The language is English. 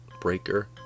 Breaker